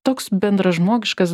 toks bendražmogiškas